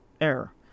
error